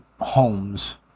homes